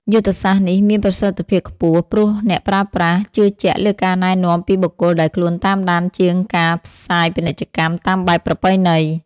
យុទ្ធសាស្ត្រនេះមានប្រសិទ្ធភាពខ្ពស់ ព្រោះអ្នកប្រើប្រាស់ជឿជាក់លើការណែនាំពីបុគ្គលដែលខ្លួនតាមដានជាងការផ្សាយពាណិជ្ជកម្មតាមបែបប្រពៃណី។